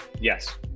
Yes